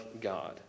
God